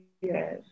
Yes